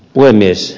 puhemies